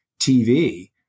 TV